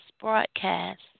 broadcast